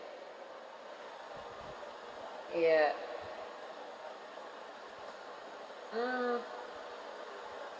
ya mm